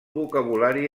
vocabulari